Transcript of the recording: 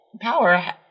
power